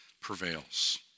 prevails